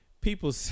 people